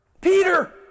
Peter